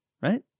right